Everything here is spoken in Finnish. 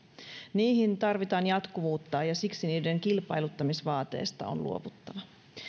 niihin tarvitaan jatkuvuutta ja siksi niiden kilpailuttamisvaateesta on luovuttava